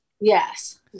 Yes